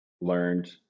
learned